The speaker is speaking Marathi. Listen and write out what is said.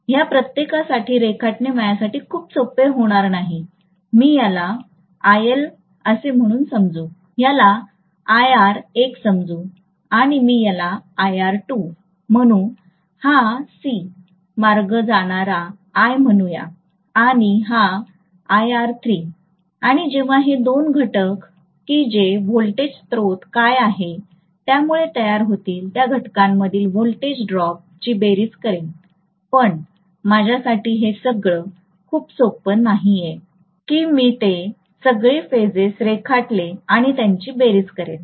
ह्या प्रत्येकासाठी रेखाटणे माझ्यासाठी खूप सोपे होणार नाही मी ह्याला आयएल म्हणून समजू ह्याला आयआर1 समजू आणि मी याला iR2 म्हणू हा C सी मार्गे जाणारा i म्हणूया आणि हा iR3 आणि जेव्हा हे दोन घटक कि जे वोल्टेज स्त्रोत काय आहे त्यामुळे तयार होतील त्या घटकांमधील वोल्टेज ड्रॉप ची बेरीज करेन पण माझ्यासाठी हे सगळं खूप सोपं नाहीये कि मी ते सगळे फेजेस रेखाटलं आणि त्यांची बेरीज करेन